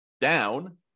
down